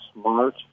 smart